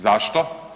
Zašto?